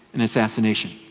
an assassination.